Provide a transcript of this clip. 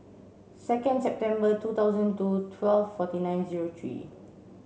second September two thousand two twelve forty nine zero three